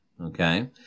okay